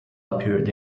appeared